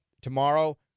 tomorrow